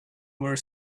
were